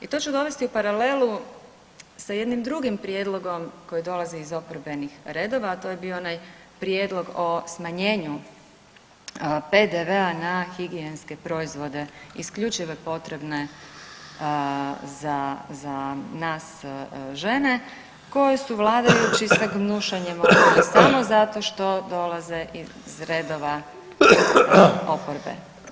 I to ću dovesti u paralelu sa jednim drugim prijedlogom koji dolazi iz oporbenih redova, a to je bio onaj prijedlog o smanjenju PDV-a na higijenske proizvode isključivo potrebne za nas, nas žene koji su vladajući sa gnušanjem odbili samo zato što dolaze iz redova oporbe.